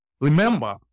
remember